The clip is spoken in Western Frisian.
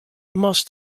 moatst